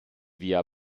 via